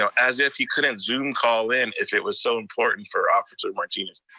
so as if he couldn't zoom call in if it was so important for officer martinez.